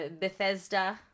Bethesda